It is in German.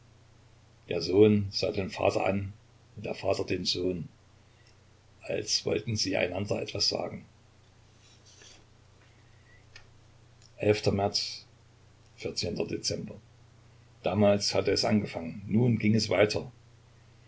der sohn sah den vater an und der vater den sohn als wollten sie einander etwas sagen elfter märz vierzehnter dezember damals hatte es angefangen nun ging es weiter